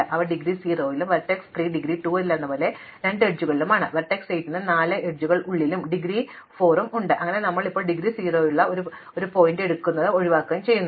അതിനാൽ അവ ഡിഗ്രി 0 ലും വെർട്ടെക്സ് 3 ഡിഗ്രി 2 ലെന്നപോലെ 2 അരികുകളിലുമാണ് വെർട്ടെക്സ് 8 ന് 4 അരികുകൾ ഉള്ളിലും ഡിഗ്രിയിൽ 4 വരെയും ഉണ്ട് അങ്ങനെ നമ്മൾ ഇപ്പോൾ ഡിഗ്രി 0 ലെ ഒരു ശീർഷകം എടുക്കുകയും ഒഴിവാക്കുകയും ചെയ്യുന്നു